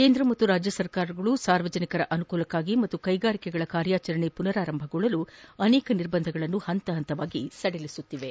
ಕೇಂದ್ರ ಮತ್ತು ರಾಜ್ಹ ಸರ್ಕಾರಗಳು ಸಾರ್ವಜನಿಕರ ಅನುಕೂಲಕ್ಷಾಗಿ ಮತ್ತು ಕೈಗಾರಿಕೆಗಳ ಕಾರ್ಯಾಚರಣೆ ಪುನರಾರಂಭಗೊಳ್ಳಲು ಅನೇಕ ನಿರ್ಬಂಧಗಳನ್ನು ಹಂತಹಂತವಾಗಿ ಸಡಿಲಿಸಿವೆ